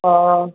हा